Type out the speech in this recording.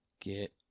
get